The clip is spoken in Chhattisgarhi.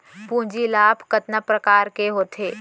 पूंजी लाभ कतना प्रकार के होथे?